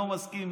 אני לא מסכים,